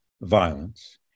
violence